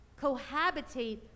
cohabitate